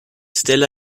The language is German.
stella